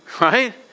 right